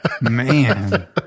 Man